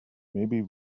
maybe